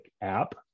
app